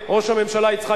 זרקת את העדה שלך, תתבייש לך.